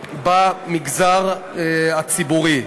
לחרדים במגזר הציבורי.